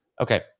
Okay